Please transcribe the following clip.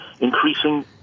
increasing